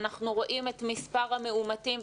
אנחנו רואים את מספר המאומתים.